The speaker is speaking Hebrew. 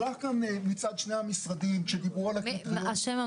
עלה כאן מצד שני המשרדים, כשדיברו פה